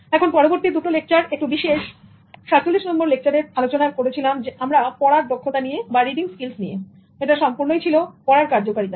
এখন পরবর্তী দুটো লেকচার একটু বিশেষ 47 নম্বর লেকচারের আলোচনা করেছিলাম আমরা পড়ার দক্ষতা নিয়ে রিডিং স্কিলস নিয়ে এটা সম্পূর্ণই ছিল পড়ার কার্যকারিতা নিয়ে